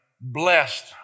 Blessed